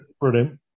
Brilliant